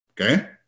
okay